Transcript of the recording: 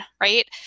right